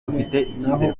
icyizero